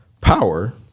Power